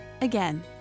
again